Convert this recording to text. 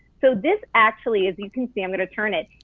so this actually, as you can see, i'm gonna turn it,